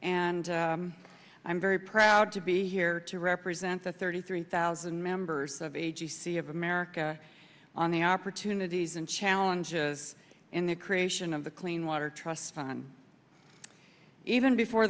and i'm very proud to be here to represent the thirty three thousand members of a g c of america on the opportunities and challenges in the creation of the clean water plus fun even before